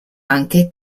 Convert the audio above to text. anche